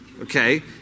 okay